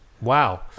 Wow